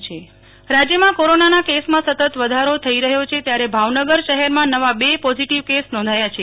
Nehal Thakkar Bhavnagar corona case રાજ્યમાં કોરોનાના કેસમાં સતત વધારો થઇ રહ્યો છે ત્યારે ભાવનગર શહેરમાં નવા બે પોઝીટીવ કેસ નોંધાયા છે